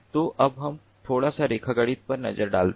तो अब हम थोड़ा सा रेखागणित पर नजर डालते हैं